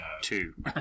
Two